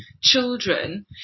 children